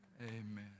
amen